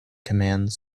commands